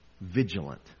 vigilant